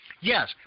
Yes